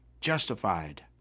justified